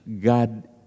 God